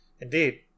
Indeed